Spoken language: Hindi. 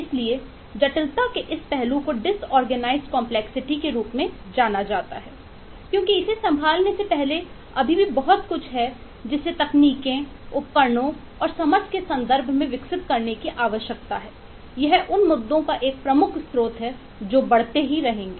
इसलिए जटिलता के इस पहलू को डिसऑर्गेनाइजड कंपलेक्सिटी के रूप में जाना जाता है क्योंकि इसे संभालने से पहले अभी भी बहुत कुछ है जिसे तकनीकों उपकरणों और समझ के संदर्भ में विकसित करने की आवश्यकता है यह उन मुद्दों का एक प्रमुख स्रोत है जो बढ़ते ही रहेंगे